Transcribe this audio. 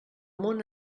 món